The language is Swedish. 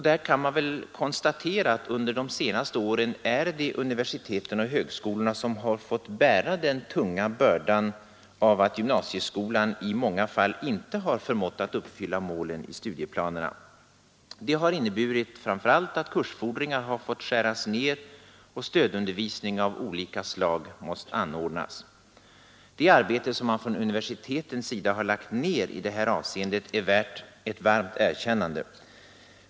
Där kan man väl konstatera att under de senaste åren är det universiteten och högskolorna som har fått bära den tunga bördan av att gymnasieskolan i många fall inte har förmått uppfylla målet i studieplanerna. Det har inneburit framför allt att kursfordringarna har fått skäras ned och stödundervisning av olika slag måst anordnas. Det arbete som man från universitetens sida har lagt ned i detta avseende är värt ett varmt erkännande.